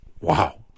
Wow